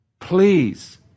Please